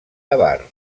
avar